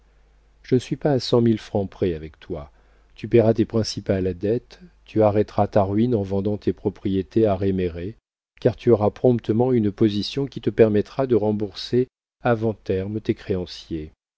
je ne suis pas à cent mille francs près avec toi tu payeras tes principales dettes tu arrêteras ta ruine en vendant tes propriétés à réméré car tu auras promptement une position qui te permettra de rembourser avant terme tes créanciers